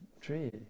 tree